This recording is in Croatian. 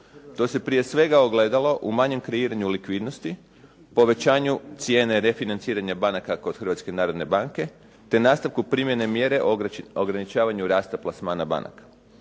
To se prije svega ogledalo u manjem kreiranju likvidnosti, povećanju cijene refinanciranja banaka kod Hrvatske narodne banke te nastavku primjene mjere ograničavanju rasta plasmana banaka.